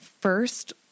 first